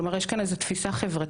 כלומר, יש כאן איזו תפיסה חברתית